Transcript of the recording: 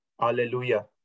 Hallelujah